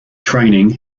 training